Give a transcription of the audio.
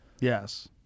Yes